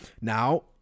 Now